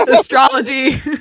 Astrology